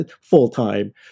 full-time